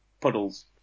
puddles